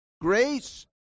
grace